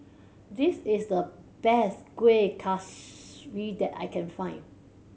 this is the best Kueh Kaswi that I can find